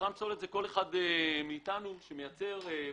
יצרן הפסולת זה כל אחד מאיתנו שמייצר פסולת,